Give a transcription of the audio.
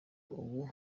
ubu